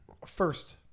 First